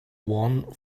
one